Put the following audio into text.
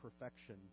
perfection